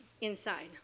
inside